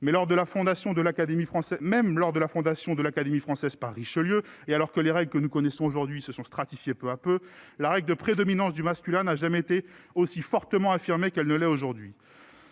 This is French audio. Même lors de la fondation de l'Académie française par Richelieu et alors que les règles que nous connaissons aujourd'hui se sont stratifiées peu à peu, la règle de prédominance du masculin n'a jamais été aussi fortement affirmée qu'elle ne l'est aujourd'hui.